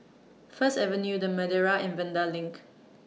First Avenue The Madeira and Vanda LINK